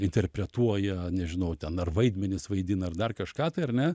interpretuoja nežinau ten ar vaidmenis vaidina ar dar kažką tai ar ne